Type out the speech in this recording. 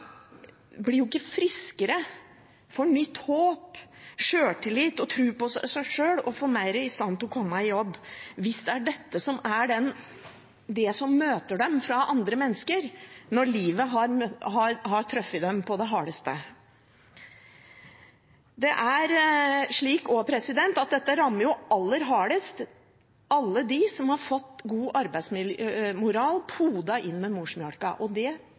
blir jo ikke friskere, får nytt håp, sjøltillit og tro på seg sjøl og er mer i stand til å komme i jobb hvis det er dette som møter dem fra andre mennesker når livet har truffet dem på det hardeste. Det er også slik at dette rammer aller hardest alle dem som har fått god arbeidsmoral podet inn med morsmelka, og det